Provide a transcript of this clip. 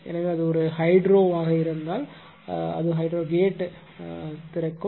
எனவே அது ஒரு ஹைட்ரோவாக இருந்தால் அது ஹைட்ரோ கேட் திறக்கும்